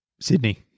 Sydney